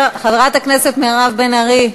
חברת הכנסת מירב בן ארי.